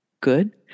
Good